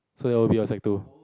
so it will be your sec two